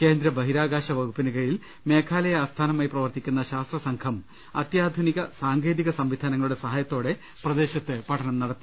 കേന്ദ്ര ബഹിരാകാശ വകുപ്പിനു കീഴിൽ മേഘാലയ ആസ്ഥാനമായി പ്രവർത്തിക്കുന്ന ശാസ്ത്ര സംഘം അത്യാധുനിക സാങ്കേതിക സംവിധാനങ്ങളുടെ സഹായത്തോടെ പ്രദേശത്ത് പഠനം നടത്തി